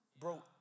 Bro